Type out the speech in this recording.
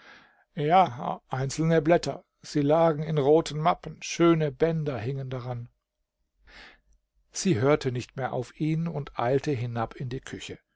ja einzelne blätter sie lagen in roten mappen schöne bänder hingen dran sie hörte nicht mehr auf ihn und eilte hinab in die küche